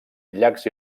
llacs